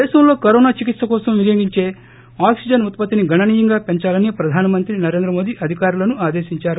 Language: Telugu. దేశంలో కరోనా చికిత్ప కోసం వినియోగించే ఆక్పిజన్ ఉత్పత్తిని గణనీయంగా పెంచాలని ప్రధాన మంత్రి నరేంద్ర మోదీ అధికారులను ఆదేశించారు